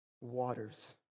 waters